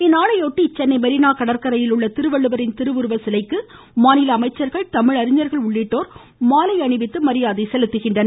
இந்நாளையொட்டி சென்னை மெரீனா கடற்கரையில் உள்ள திருவள்ளுவரின் திருவுருவ சிலைக்கு மாநில அமைச்சர்கள் தமிழ் அறிஞர்கள் உள்ளிட்டோர் மாலை அணிவித்து மரியாதை செலுத்துகின்றனர்